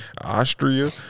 Austria